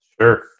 Sure